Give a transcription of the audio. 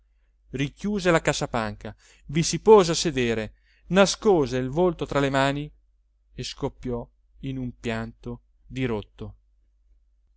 richiuse la cassapanca vi si pose a sedere nascose il volto tra le mani e scoppiò in un pianto dirotto